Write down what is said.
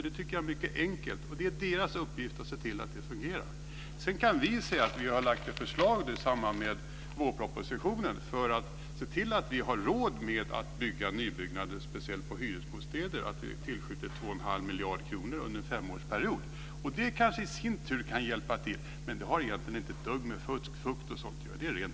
Det är byggherrens och byggarens uppgift att se till att det fungerar. Sedan har vi lagt fram ett förslag i samband med vårpropositionen för att se till att man har råd att bygga främst hyresbostäder. Därför har vi tillskjutit 2 1⁄2 miljarder kronor under en femårsperiod. Det i sin tur kan kanske hjälpa till, men det har inte ett dugg med fukt och sådant att göra.